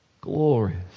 glorious